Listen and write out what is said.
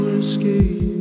escape